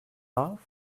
love